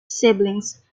siblings